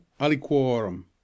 aliquorum